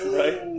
right